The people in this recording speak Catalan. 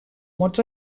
mots